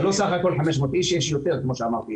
זה לא בסך הכול 500 איש, יש יותר, כמו שאמרתי.